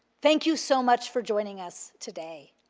thank you so much for joining us today.